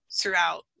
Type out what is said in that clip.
throughout